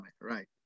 Right